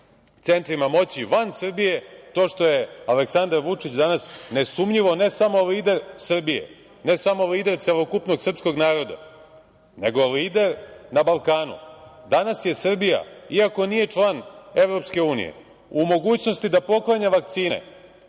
centrima moći van Srbije to što je Aleksandar Vučić danas nesumnjivo ne samo lider Srbije, ne samo lider celokupnog srpskog naroda, nego lider na Balkanu. Danas je Srbija, iako nije član EU, u mogućnosti da poklanja vakcine